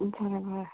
ꯎꯝ ꯐꯔꯦ ꯐꯔꯦ